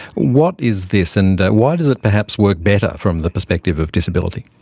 what is this, and why does it perhaps work better from the perspective of disability?